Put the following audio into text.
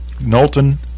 Knowlton